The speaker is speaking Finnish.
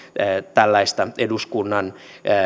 tällaista eduskunnan